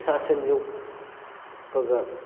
ꯁꯥ ꯁꯟ ꯌꯣꯛꯄꯒ